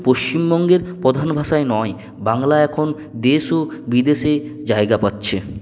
পশ্চিমবঙ্গের প্রধান ভাষাই নয় বাংলা এখন দেশ ও বিদেশে জায়গা পাচ্ছে